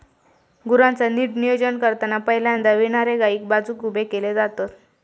गुरांचा नीट नियोजन करताना पहिल्यांदा विणारे गायी बाजुक उभे केले जातत